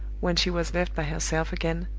when she was left by herself again,